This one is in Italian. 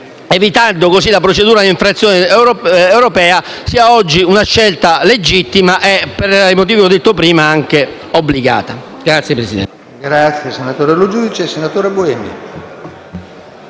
evitando così la procedura di infrazione europea, sia oggi una scelta legittima e, per i motivi che ho detto prima, anche obbligata. *(Applausi della